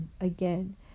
again